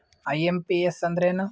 IMPS ಅಂದ್ರ ಏನು?